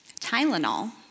Tylenol